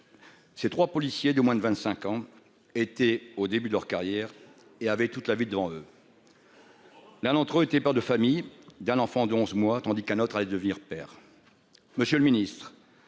Ces 3 policiers de moins de 25 ans était au début de leur carrière et avait toute la vie devant. L'un d'entre eux étaient pas de familles d'un enfant de 11 mois, tandis qu'un autre allait devenir père. Monsieur le Ministre.